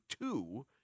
two